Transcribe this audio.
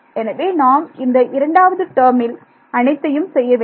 எனவே நாம் இந்த இரண்டாவது டேர்மில் அனைத்தையும் செய்ய வேண்டும்